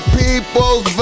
people's